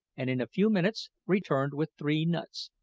and in a few minutes returned with three nuts,